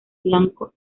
blanco